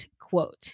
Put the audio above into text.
quote